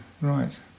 right